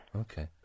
Okay